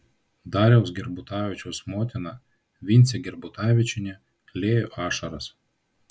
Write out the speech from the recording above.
dariaus gerbutavičiaus motina vincė gerbutavičienė liejo ašaras